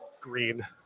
green